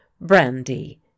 Brandy